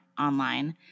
online